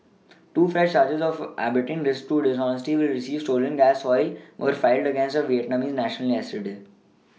two fresh are charges of abetting list to dishonestly receive stolen gas oil were filed against a Vietnamese national yesterday